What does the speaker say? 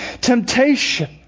temptation